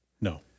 No